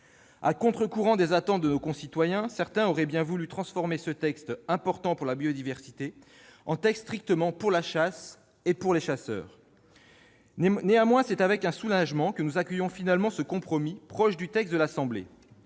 À contre-courant des attentes de nos concitoyens, certains auraient bien voulu transformer ce texte important pour la biodiversité en texte pour la chasse et pour les chasseurs. Néanmoins, c'est avec soulagement que nous accueillons finalement ce compromis, proche du texte de l'Assemblée